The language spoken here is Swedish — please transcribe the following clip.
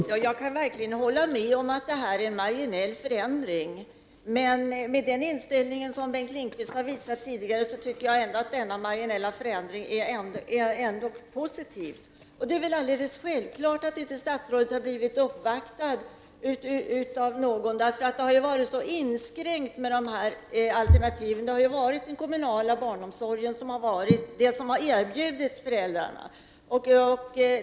Herr talman! Jag kan verkligen hålla med om att detta är en marginell förändring. Med den inställning som Bengt Lindqvist tidigare har visat tycker jag ändå att denna marginella förändring är positiv. Det är väl alldeles självklart att statsrådet inte har blivit uppvaktad av någon, eftersom verksamheten när det gäller dessa alternativ har varit så inskränkt. Det som har erbjudits föräldrarna har ju varit den kommunala barnomsorgen.